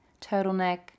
turtleneck